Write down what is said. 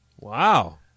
Wow